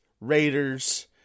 Raiders